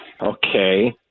Okay